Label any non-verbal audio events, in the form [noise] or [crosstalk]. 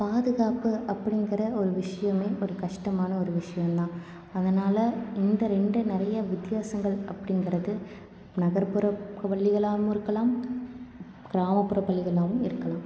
பாதுகாப்பு அப்படிங்கிற ஒரு விஷயமே ஒரு கஷ்டமான ஒரு விஷ்யம்தான் அதனால் இந்த ரெண்டு நறைய வித்தியாசங்கள் அப்படிங்கிறது நகர்புற [unintelligible] இருக்கலாம் கிராமப்புற பள்ளிகளாகவும் இருக்கலாம்